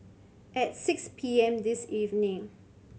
at six P M this evening